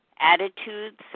attitudes